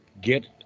Get